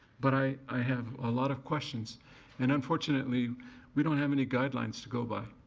but i i have a lot of questions and unfortunately we don't have any guidelines to go by.